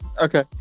Okay